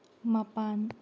ꯃꯥꯄꯥꯟ